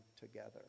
together